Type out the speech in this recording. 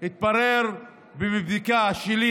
והתברר מבדיקה שלי,